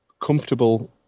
comfortable